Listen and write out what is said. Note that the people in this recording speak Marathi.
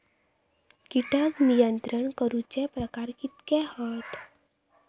कीटक नियंत्रण करूचे प्रकार कितके हत?